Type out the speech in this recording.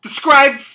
Describe